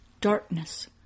Darkness